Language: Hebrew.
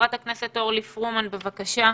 חברת הכנסת אורלי פרומן, בבקשה.